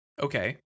Okay